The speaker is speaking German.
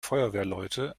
feuerwehrleute